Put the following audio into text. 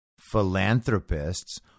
Philanthropists